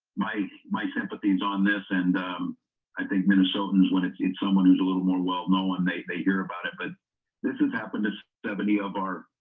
my my sympathies on this and i think minnesotans when it's it's someone who's a little more well-known may they hear about it but this is happiness sevigny of our